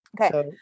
Okay